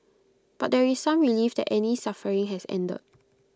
but there is some relief that Annie's suffering has ended